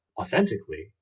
authentically